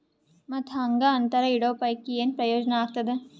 ಮತ್ತ್ ಹಾಂಗಾ ಅಂತರ ಇಡೋ ಪೈಕಿ, ಏನ್ ಪ್ರಯೋಜನ ಆಗ್ತಾದ?